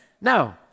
No